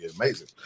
amazing